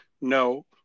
no